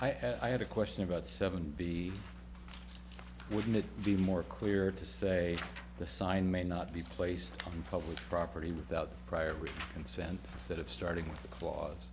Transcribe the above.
i had a question about seven be wouldn't it be more clear to say the sign may not be placed on public property without prior consent to it starting with the cla